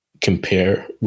compare